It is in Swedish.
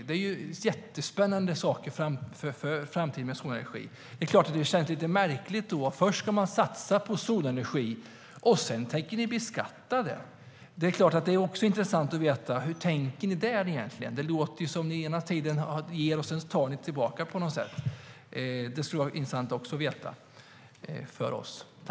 Det är jättespännande för framtiden med solenergi. Det är klart att det då känns lite märkligt att man först ska satsa på solenergi och att ni sedan tänker beskatta den. Det är intressant att veta hur ni egentligen tänker där. Det låter som att ni ena stunden ger och att ni sedan tar tillbaka på något sätt.